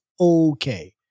okay